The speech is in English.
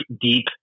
deep